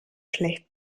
schlecht